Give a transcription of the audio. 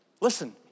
listen